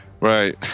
Right